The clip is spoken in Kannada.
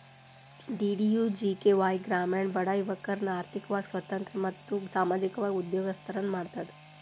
ಡಿ.ಡಿ.ಯು.ಜಿ.ಕೆ.ವಾಯ್ ಗ್ರಾಮೇಣ ಬಡ ಯುವಕರ್ನ ಆರ್ಥಿಕವಾಗಿ ಸ್ವತಂತ್ರ ಮತ್ತು ಸಾಮಾಜಿಕವಾಗಿ ಉದ್ಯೋಗಸ್ತರನ್ನ ಮಾಡ್ತದ